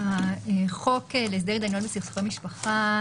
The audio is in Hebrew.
החוק להסדר התדיינויות בסכסוכי משפחה